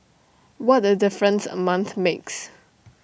what A difference A month makes